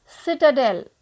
citadel